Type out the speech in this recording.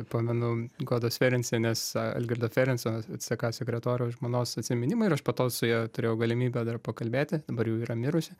pamenu godos ferensienės algirdo ferenso ck sekretoriau žmonos atsiminimai ir aš po to su ja turėjau galimybę dar pakalbėti dabar jau yra mirusi